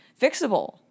fixable